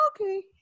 okay